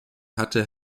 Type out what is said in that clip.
hatte